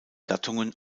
gattungen